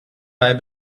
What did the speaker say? bei